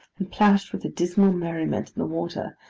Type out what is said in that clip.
and plashed with a dismal merriment in the water,